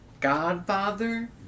godfather